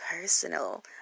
Personal